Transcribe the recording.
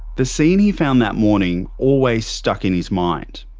the scene he found that morning always stuck in his mind,